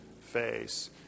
face